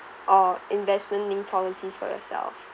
or investment linked policies for yourself